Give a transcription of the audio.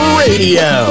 radio